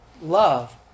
Love